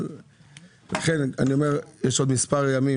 אבל ישנם עוד מספר ימים,